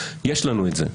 יש לנו את זה.